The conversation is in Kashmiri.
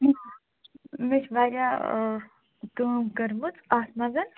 مےٚ چھِ وارِیاہ کٲم کٔرمٕژ اَتھ منٛز